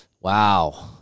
Wow